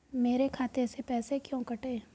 मेरे खाते से पैसे क्यों कटे?